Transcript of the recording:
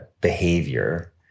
behavior